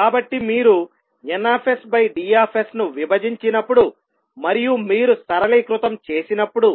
కాబట్టి మీరు ND ను విభజించినప్పుడు మరియు మీరు సరళీకృతం చేసినప్పుడు